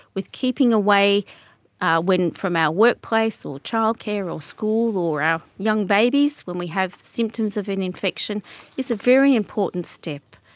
with keeping away from our workplace or childcare or school or our young babies when we have symptoms of an infection is a very important step.